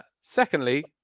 Secondly